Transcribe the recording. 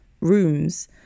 rooms